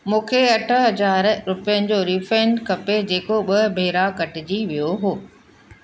मूंखे अठ हज़ार रुपियनि जो रीफंड खपे जेको ॿ भेरा कटिजी वियो हो